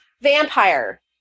Vampire